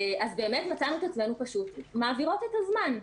אז באמת מצאנו את עצמנו פשוט מעבירות את הזמן.